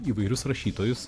įvairius rašytojus